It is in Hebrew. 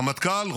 הרמטכ"ל,